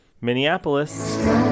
Minneapolis